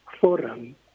Forum